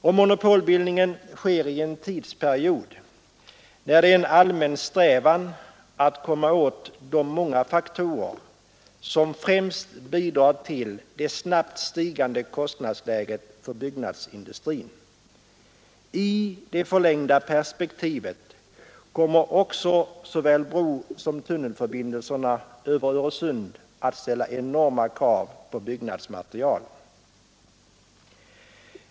Och monopolbildningen sker under en tidsperiod när det är en allmän strävan att komma åt de många faktorer som främst bidrar till det snabbt stigande kostnadsläget för byggnadsindustrin. I det förlängda perspektivet kommer också såväl brosom tunnelförbindelserna över Öresund att ställa enorma krav på byggnadsmaterial.